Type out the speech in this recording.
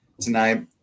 tonight